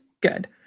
good